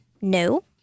No